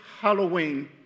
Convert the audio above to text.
Halloween